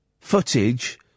footage